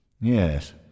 Yes